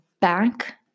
back